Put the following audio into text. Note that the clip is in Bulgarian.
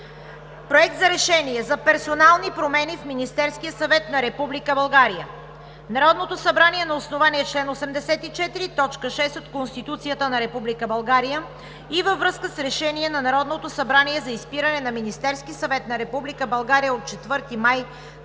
„Проект! РЕШЕНИЕ за персонални промени в Министерския съвет на Република България Народното събрание на основание чл. 84, т. 6 от Конституцията на Република България и във връзка с Решение на Народното събрание за избиране на Министерския съвет на Република България от 4 май 2017